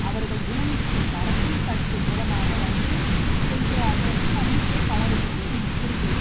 அவர்கள் பூமிக்கு பறக்கும் தட்டு மூலமாக வந்து செல்கிறார்கள் என்று நம்பிக்கை பலருக்கும் இருக்குது